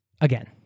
again